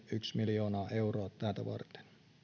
yksi miljoonaa euroa tätä varten